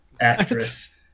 actress